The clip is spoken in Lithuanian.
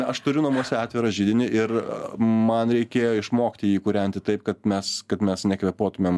aš turiu namuose atvirą židinį ir man reikėjo išmokti jį kūrenti taip kad mes kad mes nekvėpuotumėm